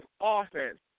offense